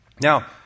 Now